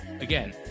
Again